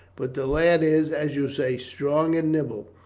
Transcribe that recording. but the lad is, as you say, strong and nimble.